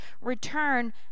Return